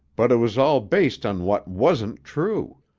but it was all based on what wasn't true.